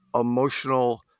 emotional